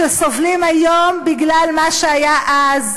שסובלים היום בגלל מה שהיה אז,